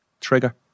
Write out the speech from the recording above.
trigger